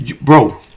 bro